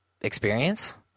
experience